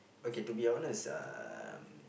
okay to be honest um